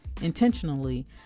intentionally